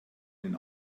den